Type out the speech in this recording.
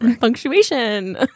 punctuation